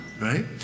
right